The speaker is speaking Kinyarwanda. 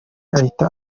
ahita